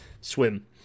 swim